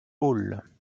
hall